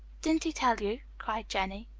didn't he tell you? cried jennie.